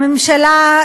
הממשלה,